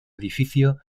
edificio